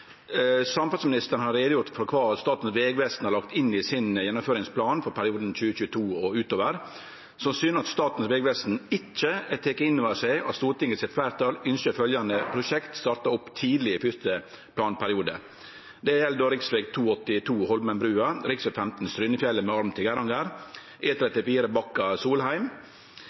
Samferdselsministeren har gjort greie for kva Statens vegvesen har lagt inn i gjennomføringsplanen sin for perioden frå 2022 og ut over, noko som syner at Statens vegvesen ikkje har teke inn over seg at Stortingets fleirtal ønskjer følgjande prosjekt starta opp tidleg i første planperiode. Det gjeld rv. 282 Holmenbrua, rv. 15 Styrnefjellet med arm til